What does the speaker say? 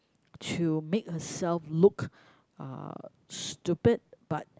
to make herself look uh stupid but